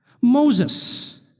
Moses